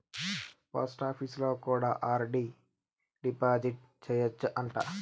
పోస్టాపీసులో కూడా RD deposit సేయచ్చు అంట